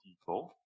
people